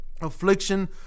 Affliction